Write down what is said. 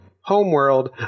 homeworld